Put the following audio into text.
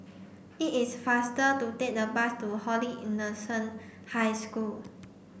it is faster to take the bus to Holy Innocent High School